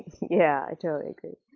yeah, i totally agree.